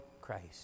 Christ